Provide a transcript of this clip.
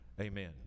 amen